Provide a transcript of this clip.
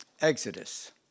Exodus